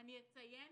אציין